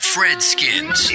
Fredskins